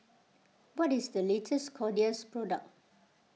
what is the latest Kordel's product